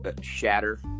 shatter